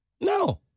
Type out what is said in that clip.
No